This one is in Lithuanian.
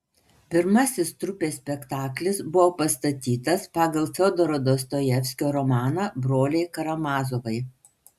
pirmasis trupės spektaklis buvo pastatytas pagal fiodoro dostojevskio romaną broliai karamazovai